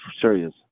serious